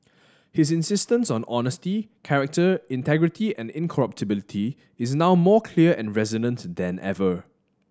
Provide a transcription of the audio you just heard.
his insistence on honesty character integrity and incorruptibility is now more clear and resonant than ever